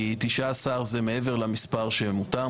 כי 19 זה מעבר למספר שמותר.